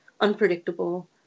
unpredictable